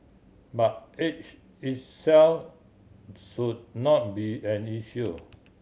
but age itself should not be an issue